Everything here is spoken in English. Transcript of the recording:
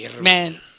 man